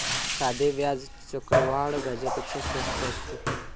साधे व्याज चक्रवाढ व्याजापेक्षा स्वस्त असते